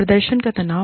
प्रदर्शन का तनाव